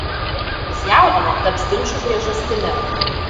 tai kas jaudino taps ginčų priežastimi